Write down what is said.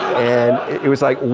and it was like,